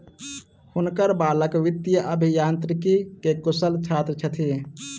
हुनकर बालक वित्तीय अभियांत्रिकी के कुशल छात्र छथि